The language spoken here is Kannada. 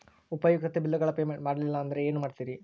ಉಪಯುಕ್ತತೆ ಬಿಲ್ಲುಗಳ ಪೇಮೆಂಟ್ ಮಾಡಲಿಲ್ಲ ಅಂದರೆ ಏನು ಮಾಡುತ್ತೇರಿ?